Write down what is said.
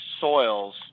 soils